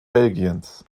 belgiens